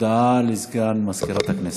הודעה לסגן מזכירת הכנסת.